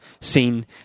seen